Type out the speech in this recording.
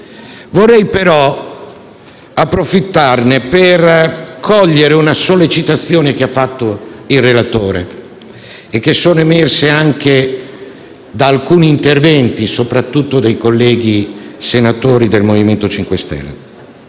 Vorrei, però, approfittarne per cogliere una sollecitazione del relatore e alcune richieste che sono emerse anche da alcuni interventi, soprattutto dei colleghi senatori del MoVimento 5 Stelle.